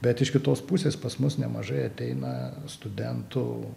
bet iš kitos pusės pas mus nemažai ateina studentų